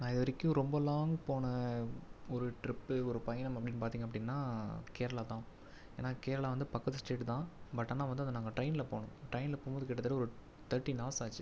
நான் இது வரைக்கும் ரொம்ப லாங்க் போன ஒரு ட்ரிப்பு ஒரு பயணம் அப்படின்னு பார்த்தீங்க அப்படின்னா கேரளா தான் ஏன்னால் கேரளா வந்து பக்கத்து ஸ்டேட்டு தான் பட் ஆனால் வந்து அதை நாங்கள் ட்ரெயினில் போனோம் ட்ரெயினில் போகும்போது கிட்டத்தட்ட ஒரு தேர்ட்டின் ஹவர்ஸ் ஆச்சு